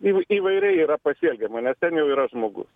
įvairiai yra pasielgiama nes ten jau yra žmogus